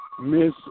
Miss